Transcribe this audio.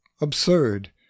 absurd